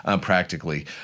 practically